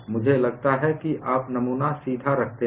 मुझे लगता है कि आप नमूना सीधे रखते हैं